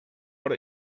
what